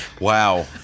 wow